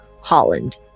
Holland